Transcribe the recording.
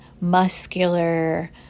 muscular